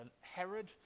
Herod